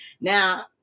now